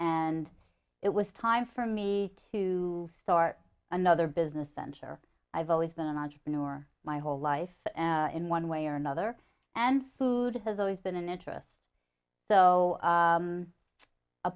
nd it was time for me to start another business venture i've always been an entrepreneur my whole life in one way or another and food has always been an interest so